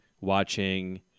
watching